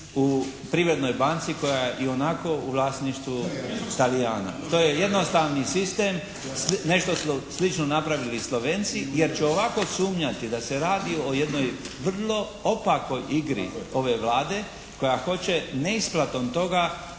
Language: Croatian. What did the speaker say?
u Privrednoj banci koja je ionako u vlasništvu Talijana. To je jednostavni sistem, nešto su slično napravili Slovenci jer će ovako sumnjati da se radi o jednoj vrlo opakoj igri ove Vlade koja hoće neisplatom toga